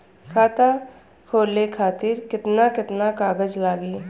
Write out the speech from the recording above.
खाता खोले खातिर केतना केतना कागज लागी?